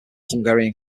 hungarian